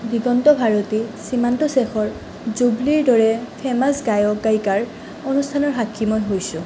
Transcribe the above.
দিগন্ত ভাৰতী সীমান্ত শেখৰ জুবলীৰ দৰে ফেমাছ গায়ক গায়িকাৰ অনুষ্ঠানৰ সাক্ষী মই হৈছোঁ